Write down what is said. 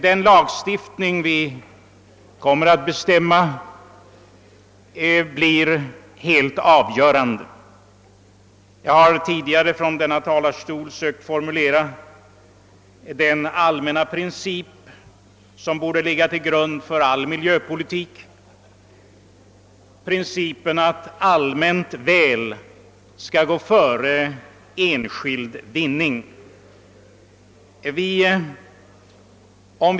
Den lagstiftning som kommer att bestämmas blir helt avgörande. Jag har tidigare från denna talarstol sökt formulera den allmänna princip som borde ligga till grund för all miljöpolitik, principen att allmänt väl skall gå före enskild vinning.